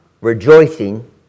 rejoicing